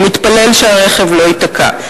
הוא מתפלל שהרכב לא ייתקע,